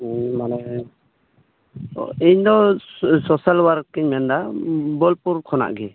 ᱦᱮᱸ ᱢᱟᱱᱮ ᱤᱧ ᱫᱚ ᱥᱳᱥᱟᱞ ᱳᱣᱟᱨᱠᱟᱨ ᱤᱧ ᱢᱮᱱᱫᱟ ᱵᱳᱞᱯᱩᱨ ᱠᱷᱚᱱᱟᱜ ᱜᱮ